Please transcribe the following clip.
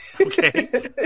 okay